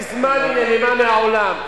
מזמן היא נעלמה מהעולם.